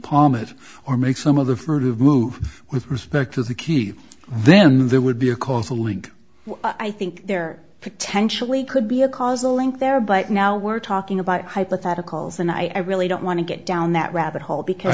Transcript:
pawn it or make some other furtive move with respect to the key then there would be a causal link i think there potentially could be a causal link there but now we're talking about hypotheticals and i really don't want to get down that rabbit hole because